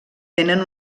tenen